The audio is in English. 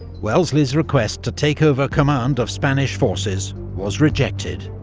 wellesley's request to take over command of spanish forces was rejected.